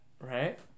right